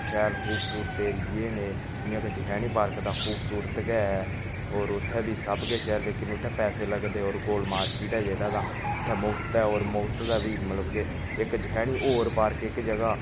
शैल खूबसूरत एरिये न एह् जियां के जखैनी पार्क खूबसूरत गै होर उत्थें बी सब किश ऐ लेकिन उत्थै पैसे लगदे होर गोल मार्केट ऐ जेह्ड़ा तां इत्थै मुख्त ऐ होर मुख्त दा बी मतलब के इक जखैनी होर पार्क इक जगह्